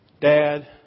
dad